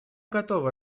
готова